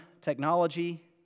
technology